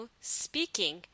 speaking